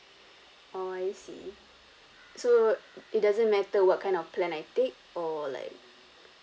oh I see so it doesn't matter what kind of plan I take or like